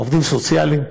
עובדים סוציאליים.